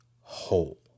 whole